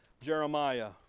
Jeremiah